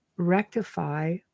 rectify